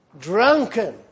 Drunken